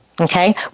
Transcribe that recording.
okay